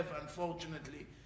unfortunately